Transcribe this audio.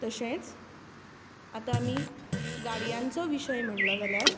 तशेंच आतां आमी गाडयांचो विशय म्हणलो जाल्यार